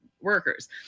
workers